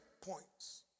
points